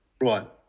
Right